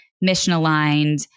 mission-aligned